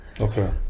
okay